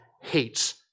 hates